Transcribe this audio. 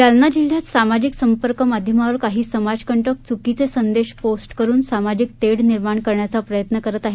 जालना जिल्ह्यात सामाजिक संपर्क माध्यमावर काही समाजकंटक च्रकीचे संदेश पोस्ट करून सामाजिक तेढ निर्माण करण्याचा प्रयत्न करत आहेत